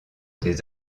des